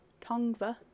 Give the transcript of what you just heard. Tongva